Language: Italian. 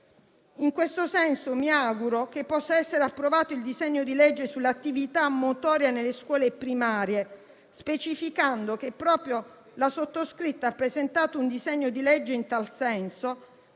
In questo senso mi auguro che possa essere approvato il disegno di legge sull'attività motoria nelle scuole primarie, specificando che proprio la sottoscritta ha presentato un disegno di legge in tal senso,